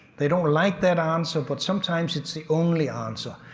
they don't like that answer but sometimes it's the only answer,